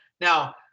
now